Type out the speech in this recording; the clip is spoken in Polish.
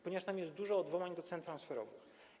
Ponieważ tam jest dużo odwołań do cen transferowych.